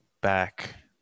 back